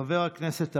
חבר הכנסת עבאס,